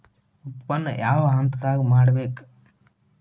ಉತ್ಪನ್ನ ಯಾವ ಹಂತದಾಗ ಮಾಡ್ಬೇಕ್?